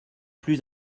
plus